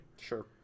Sure